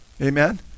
amen